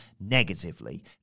negatively